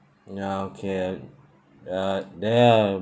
ya okay uh there are